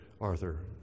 Arthur